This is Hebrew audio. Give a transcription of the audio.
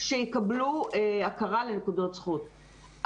שיקבלו הכרה לנקודות זכות.